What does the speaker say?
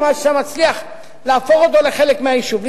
עד שאתה מצליח להפוך אותו לחלק מהיישוב.